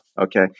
okay